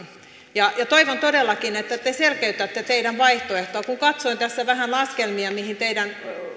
ja toivon todellakin että te selkeytätte teidän vaihtoehtoanne kun katsoin tässä vähän laskelmia mihin teidän